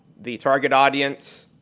the target audience,